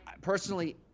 personally